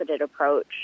approach